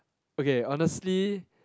okay honestly